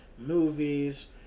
movies